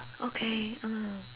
okay mm